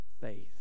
faith